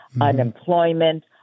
unemployment